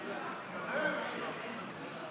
ההצעה להעביר לוועדה את הצעת חוק-יסוד: